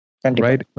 Right